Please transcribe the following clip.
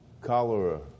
cholera